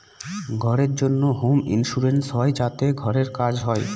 ঘরের জন্য home insurance হয় যাতে ঘরের কাজ হয়